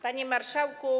Panie Marszałku!